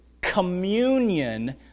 communion